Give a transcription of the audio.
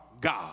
God